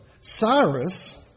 Cyrus